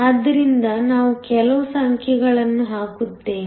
ಆದ್ದರಿಂದ ನಾನು ಕೆಲವು ಸಂಖ್ಯೆಗಳನ್ನು ಹಾಕುತ್ತೇನೆ